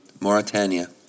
Mauritania